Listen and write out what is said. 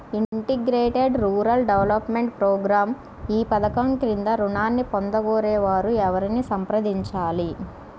Integrated rural development program ఈ పధకం క్రింద ఋణాన్ని పొందగోరే వారు ఎవరిని సంప్రదించాలి?